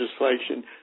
legislation